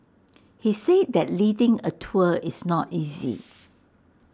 he say that leading A tour is not easy